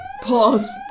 Pause